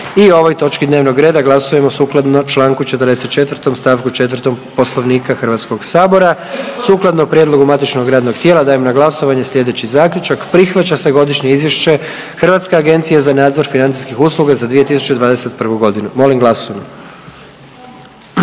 o ovoj točki dnevnog reda glasujemo sukladno Članku 44. stavku 4. Poslovnika Hrvatskog sabora. Sukladno prijedlogu matičnog radnog tijela dajem na glasovanje slijedeći Zaključak. Prihvaća se Godišnje izvješće Hrvatske agencije za nadzor financijskih usluga za 2021. godinu. Molim glasujmo.